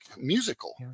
musical